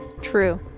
True